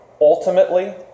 Ultimately